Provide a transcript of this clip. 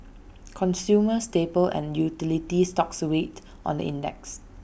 consumer staple and utility stocks weighed on the index